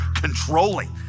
controlling